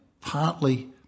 partly